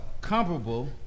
comparable